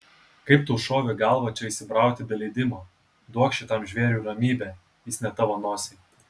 kaip tau šovė į galvą čia įsibrauti be leidimo duok šitam žvėriui ramybę jis ne tavo nosiai